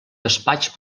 despatx